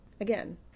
Again